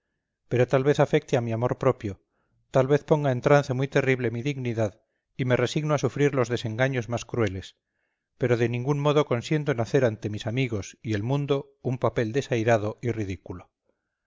pero tal vez afecte a mi amor propio tal vez ponga en trance muy terrible mi dignidad y me resigno a sufrir los desengaños más crueles pero de ningún modo consiento en hacer ante mis amigos y el mundo un papel desairado y ridículo